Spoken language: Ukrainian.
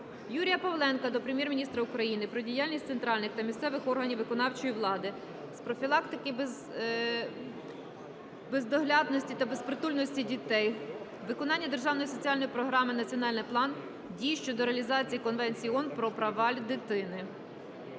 Юрія Павленка до Прем'єр-міністра України про діяльність центральних та місцевих органів виконавчої влади з профілактики бездоглядності та безпритульності дітей, виконання Державної соціальної програми "Національних план дій щодо реалізації "Конвенції ООН про права дитини".